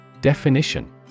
Definition